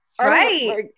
Right